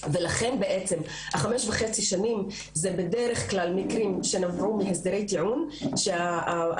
ולכן החמש וחצי שנים זה בדרך כלל מקרים שנבעו מהסדרי טיעון שהפרקליטות